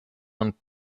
und